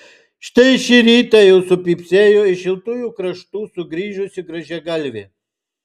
štai šį rytą jau supypsėjo iš šiltųjų kraštų sugrįžusi grąžiagalvė